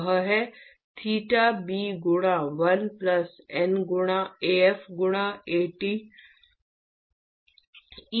वह है theta b गुणा 1 प्लस N गुणा Af गुणा At eta f माइनस 1